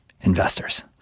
Investors